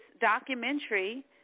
documentary